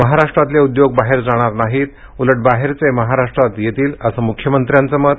महाराष्ट्रातले उद्योग बाहेर जाणार नाहीत उलट बाहेरचे महाराष्ट्रात येतील असं मुख्यमंत्र्यांचं मत